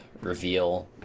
reveal